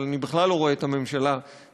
אבל אני בכלל לא רואה את הממשלה בשום,